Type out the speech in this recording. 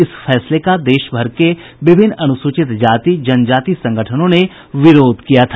इस फैसले का देशभर के विभिन्न अनुसूचित जाति जनजाति संगठनों ने विरोध किया था